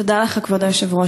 תודה לך, כבוד היושב-ראש.